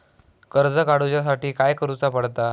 कर्ज काडूच्या साठी काय करुचा पडता?